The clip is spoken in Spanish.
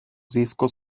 discos